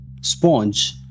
Sponge